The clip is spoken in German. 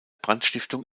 brandstiftung